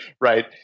right